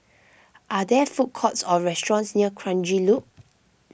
are there food courts or restaurants near Kranji Loop